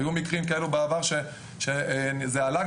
היו מקרים בעבר שזה עלה.